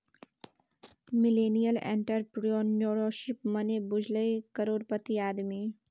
millennial entrepreneurship मने बुझली करोड़पति आदमी